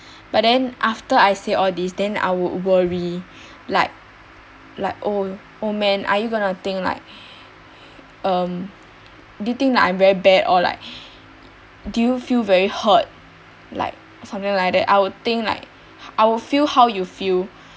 but then after I said all these then I would worry like like oh oh man are you gonna think like um do you think like I'm very bad or like do you feel very hurt like something like that I will think like I will feel how you feel